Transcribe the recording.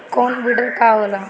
कोनो बिडर का होला?